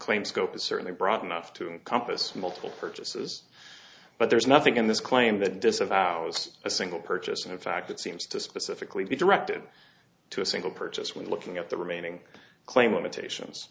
claim scope is certainly broad enough to encompass multiple purchases but there's nothing in this claim that disavows a single purchase and in fact it seems to specifically be directed to a single purchase when looking at the remaining claim